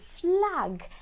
flag